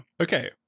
okay